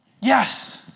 Yes